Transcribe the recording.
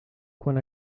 quan